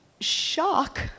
shock